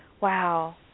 wow